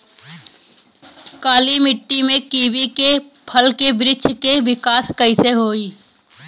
काली मिट्टी में कीवी के फल के बृछ के विकास कइसे होई?